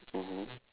mmhmm